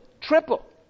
triple